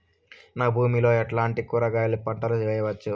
నా భూమి లో ఎట్లాంటి కూరగాయల పంటలు వేయవచ్చు?